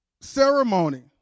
ceremony